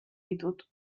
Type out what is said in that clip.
ditut